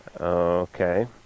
Okay